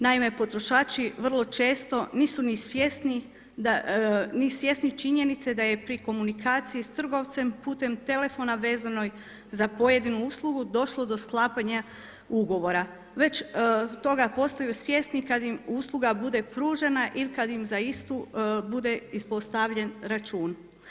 Naime, potrošači vrlo često nisu ni svjesni činjenice da je pri komunikaciji sa trgovcem putem telefona vezanoj za pojedinu uslugu došlo do sklapanja ugovora već toga postaju svjesni kada im usluga bude pružena ili kada im za istu bude ispostavljen račun.